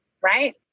right